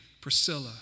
Priscilla